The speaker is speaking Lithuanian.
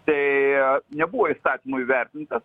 tai nebuvo įstatymu įvertintas